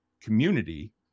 community